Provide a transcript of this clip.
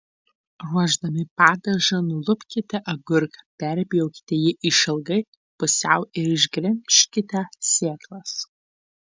ruošdami padažą nulupkite agurką perpjaukite jį išilgai pusiau ir išgremžkite sėklas